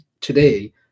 today